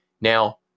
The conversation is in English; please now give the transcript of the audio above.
now